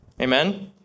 Amen